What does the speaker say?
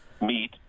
meet